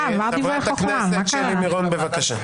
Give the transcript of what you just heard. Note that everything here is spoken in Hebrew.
חברת הכנסת שלי מירון, בבקשה.